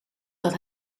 dat